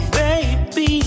baby